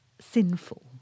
sinful